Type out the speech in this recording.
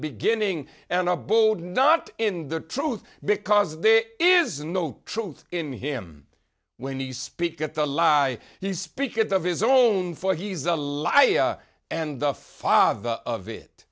beginning and a board not in the truth because there is no truth in him when he speaks at the lie he speak it of his own for he's a liar and the father of it